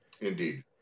indeed